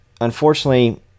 Unfortunately